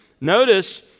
notice